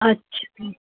अछा